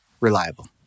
reliable